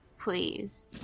please